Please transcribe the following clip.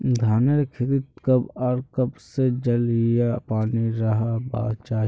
धानेर खेतीत कब आर कब से जल या पानी रहबा चही?